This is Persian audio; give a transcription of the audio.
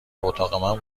اتاق